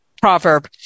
Proverb